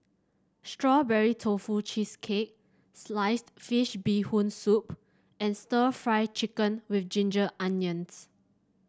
Strawberry Tofu Cheesecake Sliced Fish Bee Hoon Soup and stir Fry Chicken with Ginger Onions